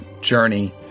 journey